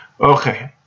Okay